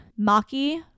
Maki